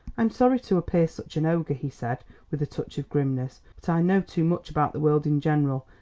i'm sorry to appear such an ogre, he said with a touch of grimness, but i know too much about the world in general,